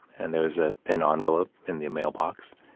and there was ah an ah envelope in the mailbox.